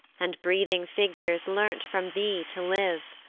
and breathing figures learnt from thee to live,